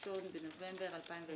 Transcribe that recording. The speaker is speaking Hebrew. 1 בנובמבר...."